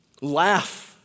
laugh